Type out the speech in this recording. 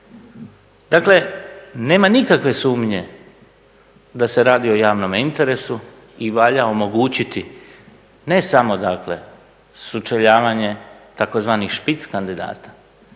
Dakle nema nikakve sumnje da se radi o javnome interesu i valja omogućiti ne samo dakle sučeljavanje tzv. špic kandidata,